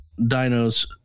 dinos